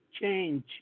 change